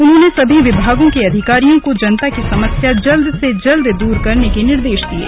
उन्होंने सभी विभागों के अधिकारियों को जनता की समस्या जल्द दूर करने के निर्देश दिये